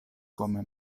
come